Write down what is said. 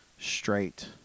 straight